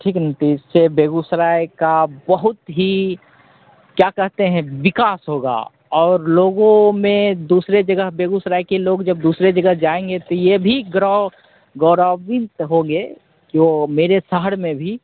ठीक ना तो इससे बेगूसराय का बहुत ही क्या कहते हैं विकास होगा और लोगों में दूसरी जगह बेगूसराय के लोग जब दूसरी जगह जाएँगे तो यह भी ग्रौ गौरावित होंगे जो मेरे शहर में भी